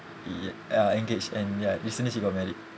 y~ ah engaged and ya recently she got married